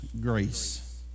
grace